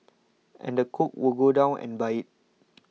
and the cook would go down and buy it